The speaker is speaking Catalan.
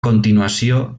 continuació